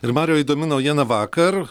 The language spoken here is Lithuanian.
ir marijau įdomi naujiena vakar